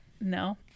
No